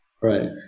Right